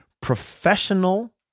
professional